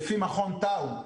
לפי מכון טאוב,